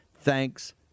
Thanks